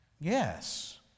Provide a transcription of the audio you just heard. Yes